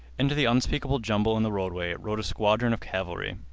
into the unspeakable jumble in the roadway rode a squadron of cavalry.